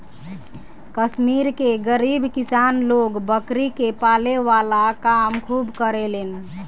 कश्मीर के गरीब किसान लोग बकरी के पाले वाला काम खूब करेलेन